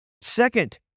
Second